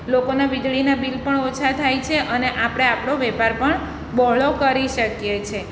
લોકોના વીજળીના બિલ પણ ઓછા થાય છે અને આપણે આપણો વેપાર પણ બહોળો કરી શકીએ છીએ